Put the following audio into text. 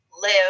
live